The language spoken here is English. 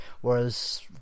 Whereas